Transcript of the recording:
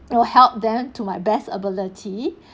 will help them to my best ability